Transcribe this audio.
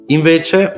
Invece